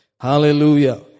Hallelujah